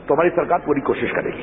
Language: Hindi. तो हमारी सरकार पूरी कोशिश करेगी